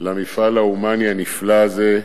למפעל ההומני הנפלא הזה,